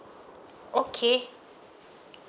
okay